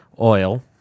Oil